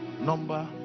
number